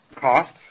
costs